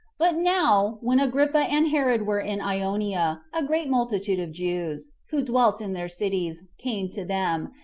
but now, when agrippa and herod were in ionia, a great multitude of jews, who dwelt in their cities, came to them,